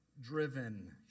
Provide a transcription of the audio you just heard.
driven